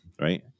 right